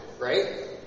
right